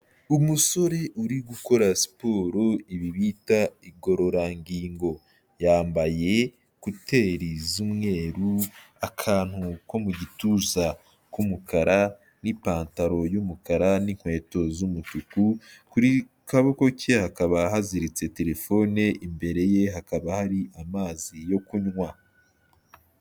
Umusore uri gukora siporo ibi bita igororangingo, yambaye ekuteri z'umweru, akantu ko mu gituza k'umukara n'ipantaro y'umukara n'inkweto z'umutuku, kuri kaboko ke hakaba haziritse telefone, imbere ye hakaba hari amazi yo kunywa.